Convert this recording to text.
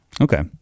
Okay